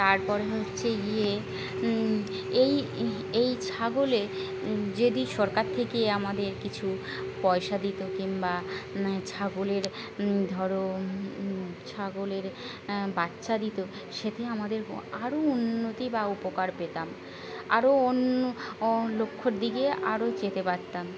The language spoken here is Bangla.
তারপরে হচ্ছে গিয়ে এই এই ছাগলে যদি সরকার থেকে আমাদের কিছু পয়সা দিত কিংবা ছাগলের ধরো ছাগলের বাচ্চা দিত সে দিয়ে আমাদের আরও উন্নতি বা উপকার পেতাম আরও অন্য লক্ষ্যর দিকে আরও যেতে পারতাম